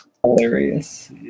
Hilarious